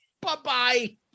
Bye-bye